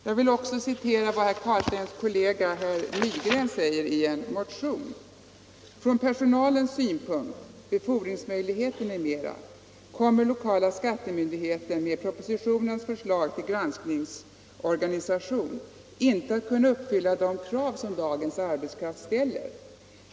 Jag vill också citera vad herr Carlsteins partikamrat herr Nygren säger i en motion: ”Från personalens synpunkt — befordringsmöjligheter m.m. - kommer lokala skattemyndigheten med propositionens förslag till granskningsorganisation inte att kunna uppfylla de krav som dagens arbetskraft ställer.